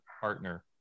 partner